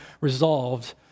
resolved